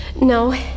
no